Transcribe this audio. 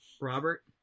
robert